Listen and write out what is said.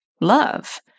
love